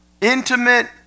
intimate